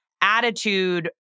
attitude